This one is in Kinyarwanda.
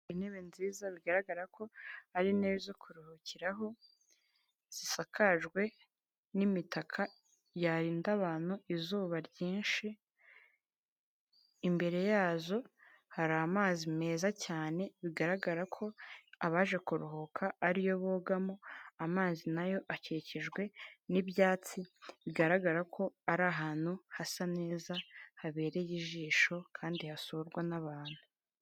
Intebe nziza bigaragara ko ari intebe zo kuruhukiraho zisakajwe n'imitaka yarinda abantu izuba ryinshi, Imbere yazo hari amazi meza cyane bigaragara ko abaje kuruhuka ari yo bogamo amazi n'ayo akikijwe n'ibyatsi bigaragara ko ari ahantu hasa neza habereye ijisho kandi hasurwa n'abantu.